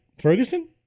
Ferguson